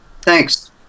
Thanks